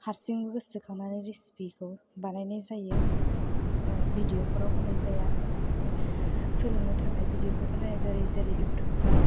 हारसिङै गोसोखांनानै रिसिपिखौ बानायनाय जायो भिदिय'फोराव होनाय जाया ओमफ्राय सोलोंनो थाखाय भिदिय'फोरखौ नायो जेरै जेरै युटुबफोराव